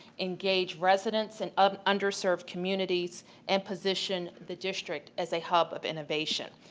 engage residents and um underserved communities and position the district as a hub of innovation.